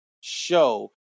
show